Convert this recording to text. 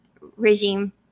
regime